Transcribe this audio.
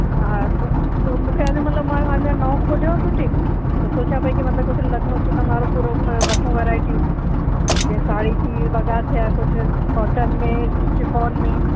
हा त म मूंखे हिनमहिल मां अञा नओं खोलियो आहे बुटिक त सोचियां पई की मतिलबु कुझु लखनऊ चिकन वारो पूरो रखूं वैराएटी साड़ी थी वॻा थिया कुझु कॉटन में शिफ़ॉन में